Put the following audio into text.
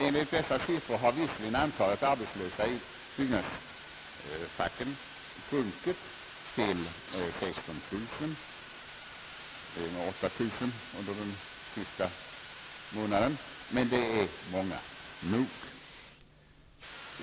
Enligt dessa siffror har antalet arbetslösa i byggfacken under den sista månaden visserligen sjunkit med 8000 till 16 000, men det är många nog.